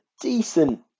decent